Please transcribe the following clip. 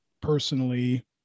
personally